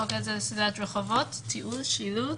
חוק עזר לסלילת רחובות, תיעול, שילוט.